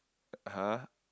(uh huh)